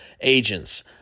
Agents